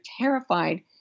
terrified